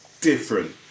different